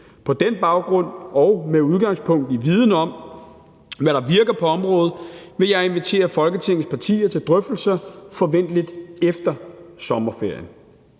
På den baggrund og med udgangspunkt i viden om, hvad der virker på området, vil jeg invitere Folketingets partier til drøftelser, forventeligt efter sommerferien.